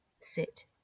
sit